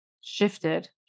shifted